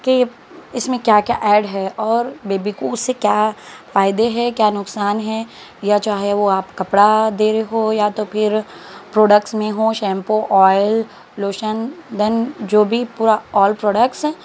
کہ اس میں کیا کیا ایڈ ہے اور بیبی کو اس سے کیا فائدے ہے کیا نقصان ہیں یا چاہے وہ آپ کپڑا دے رہے ہو یا تو پھر پروڈکٹس میں ہوں شیمپو آئل لوشن دین جو بھی پورا آل پروڈکس